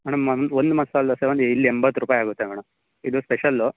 madam ನಮ್ಮದು ಒಂದು ಮಸಾಲೆ ದೋಸೆಗೆ ಒಂದು ಇಲ್ಲಿ ಎಂಬತ್ತು ರೂಪಾಯಿ ಆಗುತ್ತೆ ಮೇಡಮ್ ಇದು ಸ್ಪೆಷಲ್